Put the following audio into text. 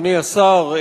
אדוני השר,